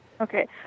Okay